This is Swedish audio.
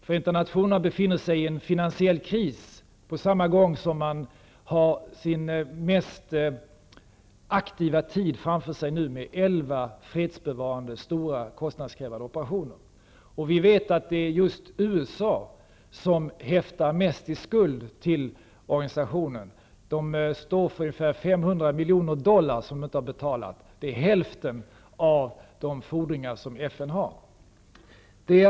Förenta nationerna befinner sig i finansiell kris på samma gång som man nu har sin mest aktiva tid framför sig med elva stora kostnadskrävande operationer. Vi vet att det är just USA som häftar mest i skuld till organisationen. USA har inte betalat ca 500 miljoner dollar. Det är hälften av de fordringar som FN har.